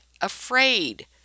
afraid